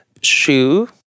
shoe